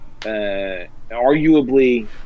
arguably